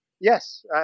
yes